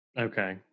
Okay